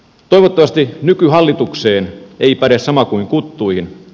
toivottavasti nykyhallitukseen ei päde sama kuin kuttuihin